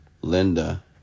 Linda